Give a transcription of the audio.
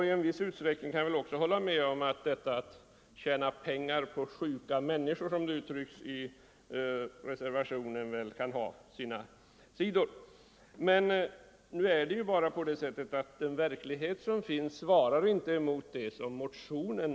I viss utsträckning kan jag också hålla med om att det kan ha sina sidor att ”tjäna pengar på andras sjukdom och ohälsa”, som det heter i reservationen. Men verkligheten svarar inte mot vad som sägs i motionen.